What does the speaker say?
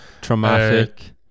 traumatic